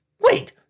Wait